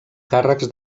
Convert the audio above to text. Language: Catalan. càrrecs